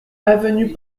avenue